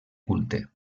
culte